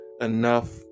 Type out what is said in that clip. enough